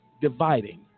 dividing